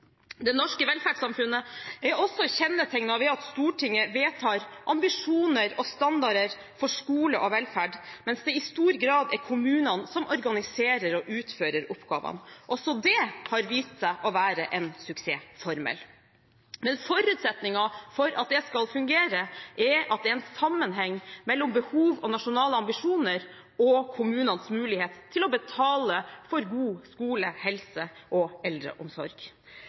Det norske velferdssamfunnet er også kjennetegnet ved at Stortinget vedtar ambisjoner og standarder for skole og velferd, mens det i stor grad er kommunene som organiserer og utfører oppgavene. Også det har vist seg å være en suksessformel. Men forutsetningen for at det skal fungere, er at det er en sammenheng mellom behov og nasjonale ambisjoner og kommunenes mulighet til å betale for god skole, helse og eldreomsorg.